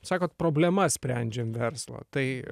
sakot problemas sprendžiam verslo tai